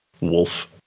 wolf